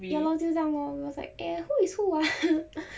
ya lor 就是这样 lor it was like eh who is who ah